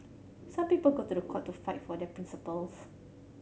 some people go to the court to fight for their principles